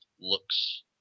looks